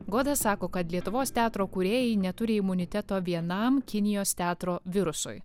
goda sako kad lietuvos teatro kūrėjai neturi imuniteto vienam kinijos teatro virusui